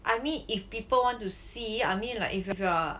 I mean if people want to see I mean like if if you are